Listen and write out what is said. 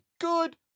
good